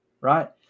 right